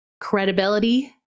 credibility